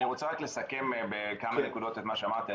אני רוצה רק לסכם בכמה נקודות את מה שאמרתי.